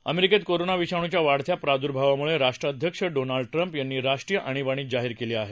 अमेरिकेत कोरोना विषाणूच्या वाढत्या प्रादुर्भावामुळे राष्ट्राध्यक्ष डोनाल्ड ट्रम्प यांनी राष्ट्रीय आणीबाणी जाहीर केली आहे